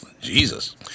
Jesus